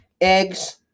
eggs